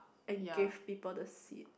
and give people the seat